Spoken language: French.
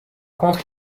contre